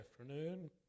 afternoon